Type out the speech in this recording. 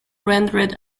rendered